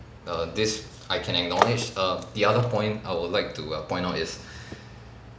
err this I can acknowledge err the other point I would like to err point out is